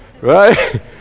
Right